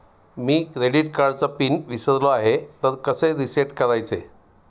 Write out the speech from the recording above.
मी credit कार्डचा PIN विसरलो आहे तर कसे रीसेट करायचे?